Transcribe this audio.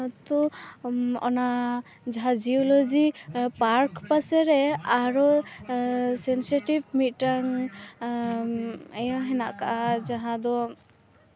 ᱛᱳ ᱚᱱᱟ ᱡᱟᱦᱟᱸ geology park ᱯᱟᱥᱮᱨᱮ ᱟᱨᱚ ᱥᱮᱱᱥᱮᱴᱤᱵᱷ ᱢᱤᱫᱴᱟᱝ ᱤᱭᱟᱹ ᱢᱮᱱᱟᱜ ᱟᱠᱟᱫᱼᱟ ᱡᱟᱦᱟᱸ ᱫᱚ